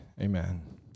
amen